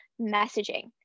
messaging